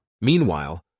Meanwhile